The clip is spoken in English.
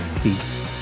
peace